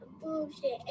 Bullshit